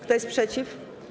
Kto jest przeciw?